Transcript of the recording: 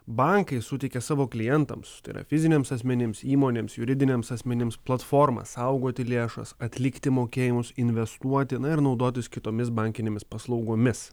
bankai suteikia savo klientams tai yra fiziniams asmenims įmonėms juridiniams asmenims platformą saugoti lėšas atlikti mokėjimus investuoti na ir naudotis kitomis bankinėmis paslaugomis